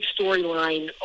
storyline